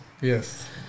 Yes